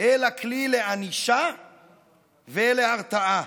אלא כלי לענישה ולהרתעה,